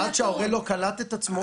אבל עד שההורה לא קלט את עצמו,